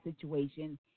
situation